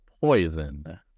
poison